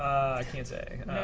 i can't say.